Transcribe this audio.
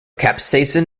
capsaicin